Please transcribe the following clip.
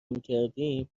میکردیم